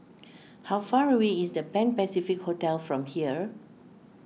how far away is the Pan Pacific Hotel from here